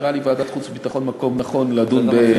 נראה לי שוועדת החוץ והביטחון היא מקום נכון לדון בסוגיה.